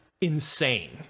insane